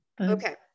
Okay